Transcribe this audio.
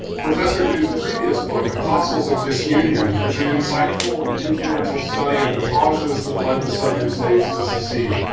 professor dew's previous book, apostles of disunion, is an insightful and influential study of the causes that led the southern states to secede.